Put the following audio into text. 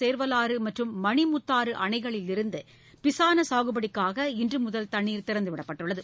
சேர்வலாறு மற்றும் மணிமுத்தாறு அணைகளிலிருந்து பிசான சாகுபடிக்காக இன்று முதல் தண்ணீர் திறந்து விடப்பட்டுள்ளது